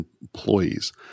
employees